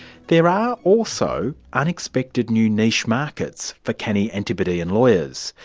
there are also unexpected new niche markets for canny antipodean lawyers.